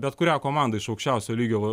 bet kurią komandą iš aukščiausiojo lygio